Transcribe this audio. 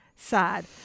Sad